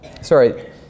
Sorry